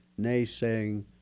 naysaying